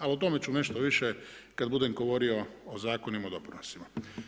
A o tome ću nešto više kad budem govorio o zakonima o doprinosima.